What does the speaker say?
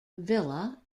villa